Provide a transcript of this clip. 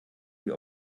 die